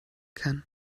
kann